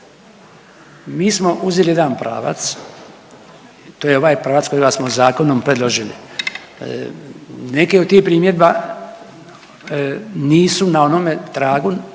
Mi smo uzeli jedan pravac, to je ovaj pravac kojega smo zakonom predložili. Neki od tih primjedba nisu na onome tragu